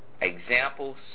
examples